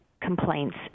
complaints